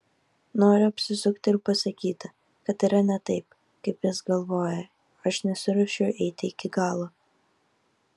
noriu apsisukti ir pasakyti kad yra ne taip kaip jis galvoja aš nesiruošiu eiti iki galo